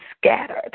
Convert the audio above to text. scattered